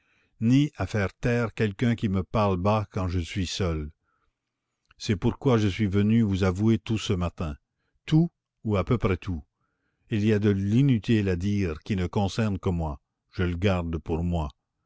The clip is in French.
ni à faire taire quelqu'un qui me parle bas quand je suis seul c'est pourquoi je suis venu vous avouer tout ce matin tout ou à peu près tout il y a de l'inutile à dire qui ne concerne que moi je le garde pour moi